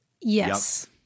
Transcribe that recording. yes